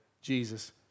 Jesus